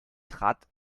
trat